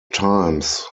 times